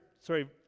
sorry